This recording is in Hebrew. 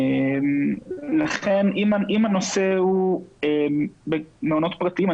לכן אם הנושא הוא מעונות פרטיים,